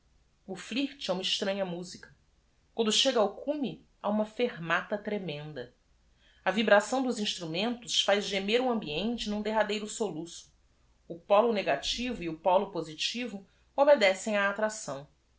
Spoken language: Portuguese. é uma estranha musica uando chega ao cume ha uma fermata tremenda vibração dos instrumentos faz gemer o ambiente n u m derradeiro soluço polo negativo e o polo positivo obdecem á attracção